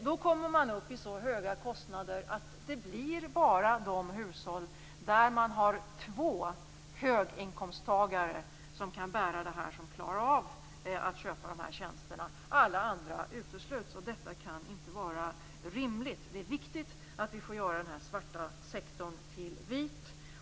Då kommer man upp i så höga kostnader att det bara blir de hushåll där man har två höginkomsttagare som kan bära det här som klarar av att köpa dessa tjänster. Alla andra utesluts. Det kan inte vara rimligt. Det är viktigt att vi får göra den här svarta sektorn vit.